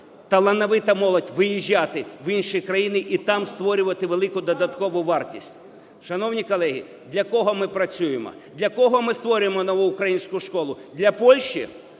талановита молодь, виїжджати в інші країни і там створювати велику додаткову вартість. Шановні колеги, для кого ми працюємо, для кого ми створюємо нову українську школу? Для Польщі,